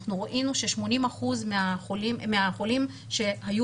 אנחנו ראינו ש-80 אחוזים מהחולים שהיו